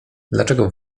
dlaczego